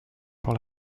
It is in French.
pour